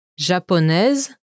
Japonaise